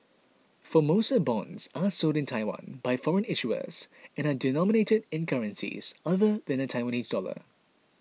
Formosa bonds are sold in Taiwan by foreign issuers and are denominated in currencies other than the Taiwanese dollar